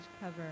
cover